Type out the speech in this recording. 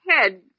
head